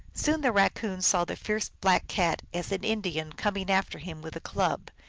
soon the raccoon saw the fierce black cat, as an indian, coming after him with a club.